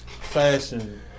Fashion